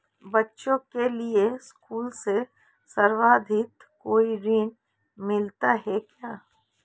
बच्चों के लिए स्कूल से संबंधित कोई ऋण मिलता है क्या?